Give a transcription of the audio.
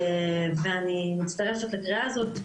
ואני מצטרפת לקריאה הזאת.